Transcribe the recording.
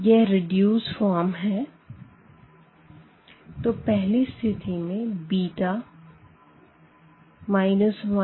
यह reduce form है तो पहली स्थिति में β≠ 1है